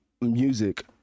music